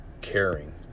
caring